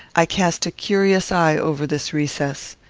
i cast a curious eye over this recess.